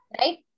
right